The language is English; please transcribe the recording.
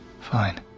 Fine